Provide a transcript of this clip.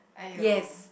!aiyo!